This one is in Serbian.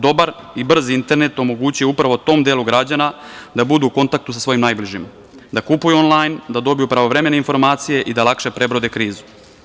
Dobar i brz internet omogućio je upravo tom delu građana da budu u kontaktu sa svojim najbližima, da kupuju onlajn, da dobiju pravovremene informacije i da lakše prebrode krizu.